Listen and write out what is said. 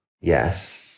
yes